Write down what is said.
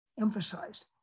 emphasized